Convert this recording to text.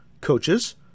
coaches